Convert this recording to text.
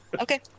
Okay